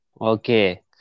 Okay